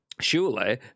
Surely